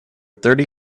thirty